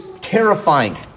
terrifying